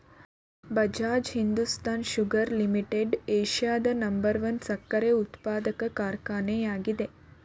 Bajaj Hindustan Sugar Limited ಏಷ್ಯಾದ number one ಸಕ್ಕರೆ ಉತ್ಪಾದಕ ಕಾರ್ಖಾನೆ ಆಗಿದೆ